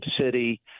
city